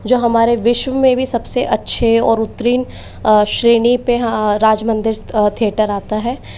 जो हमारे विश्व में भी सबसे अच्छे और उत्तीर्ण श्रेणी पर राजमंदिर थिएटर आता है